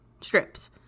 strips